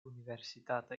universitata